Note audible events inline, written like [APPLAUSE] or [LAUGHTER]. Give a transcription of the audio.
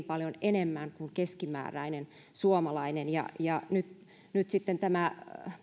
[UNINTELLIGIBLE] paljon enemmän kuin keskimääräinen suomalainen ja ja nyt nyt sitten tämä